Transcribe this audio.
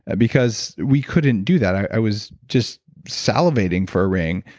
because we couldn't do that. i was just salivating for a ring,